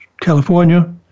California